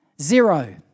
zero